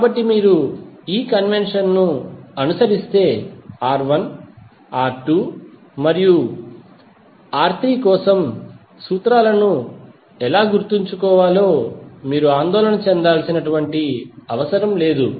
కాబట్టి మీరు ఈ కన్వెన్షన్ ను అనుసరిస్తే R1 R2 మరియు R3 కోసం సూత్రాలను ఎలా గుర్తుంచుకోవాలో మీరు ఆందోళన చెందాల్సిన అవసరం లేదు